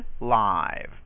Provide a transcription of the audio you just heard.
live